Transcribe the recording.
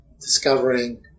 discovering